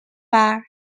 bar